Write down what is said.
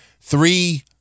Three